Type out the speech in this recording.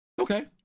Okay